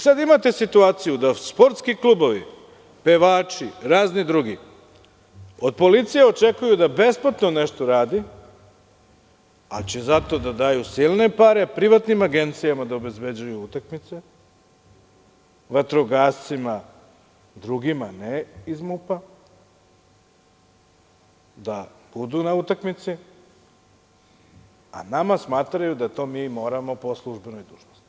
Sada imate situaciju da sportski klubovi, pevači, razni drugi od policije očekuju da besplatno nešto radi, ali će zato da daju silne pare privatnim agencijama da obezbeđuju utakmice, vatrogascima, drugima, ne iz MUP-a, da budu na utakmici, a smatraju da mi moramo to da radimo po službenoj dužnosti.